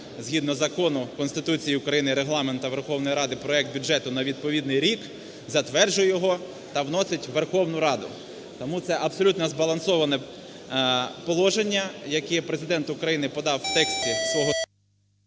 згідно закону, Конституції Україні і Регламенту Верховної Ради проект бюджету на відповідний рік, затверджує його та вносить у Верховну Раду. Тому це абсолютно збалансоване положення, яке Президент України подав в тексті свого…